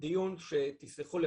דיון שתסלחו לי,